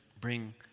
bring